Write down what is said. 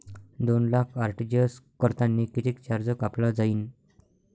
दोन लाख आर.टी.जी.एस करतांनी कितीक चार्ज कापला जाईन?